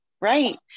right